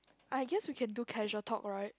I guess we can do casual talk right